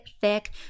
thick